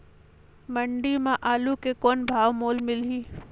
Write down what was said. मंडी म आलू के कौन भाव मोल मिलही?